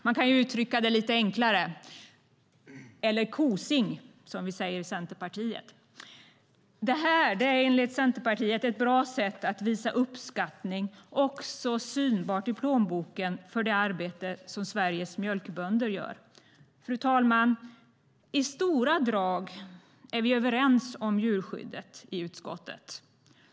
Vi uttrycker det lite enklare inom Centerpartiet och säger: kosing. Det är ett bra sätt - som också är synbart i plånboken - att visa uppskattning för det arbete som Sveriges mjölkbönder gör, enligt Centerpartiet. Fru talman! I stora drag är vi överens om djurskyddet i utskottet.